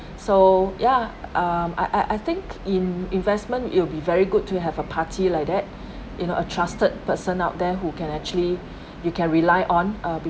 so ya um I I think in investment it'd be very good to have a party like that you know a trusted person out there who can actually you can rely on uh